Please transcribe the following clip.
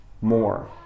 more